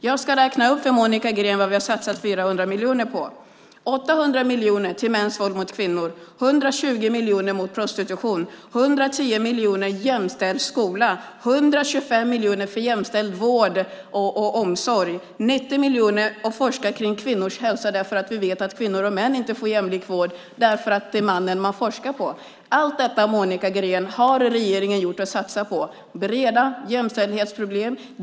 Jag ska räkna upp för Monica Green vad vi har satsat: 800 miljoner mot mäns våld mot kvinnor, 210 miljoner mot prostitution, 110 miljoner till jämställd skola, 125 miljoner för jämställd vård och omsorg och 90 miljoner för att forska kring kvinnors hälsa för att vi vet att kvinnor och män inte får jämlik vård eftersom det är mannen man forskar på. Allt detta, Monica Green, har regeringen gjort och satsat på. Det är breda jämställdhetsproblem.